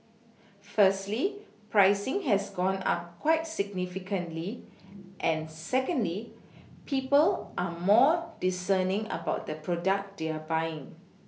firstly pricing has gone up quite significantly and secondly people are more discerning about the product they are buying